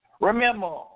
Remember